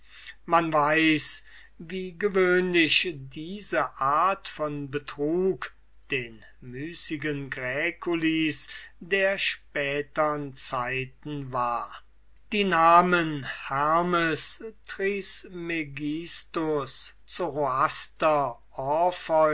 man weiß wie gewöhnlich diese art von betrug den müßigen gräculis der spätern zeiten war die namen hermes trismegistus zoroaster